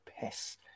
piss